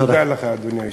תודה לך, אדוני היושב-ראש.